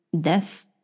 death